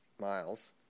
miles